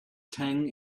tang